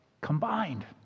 combined